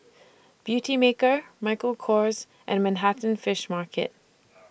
Beautymaker Michael Kors and Manhattan Fish Market